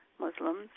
Muslims